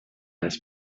anys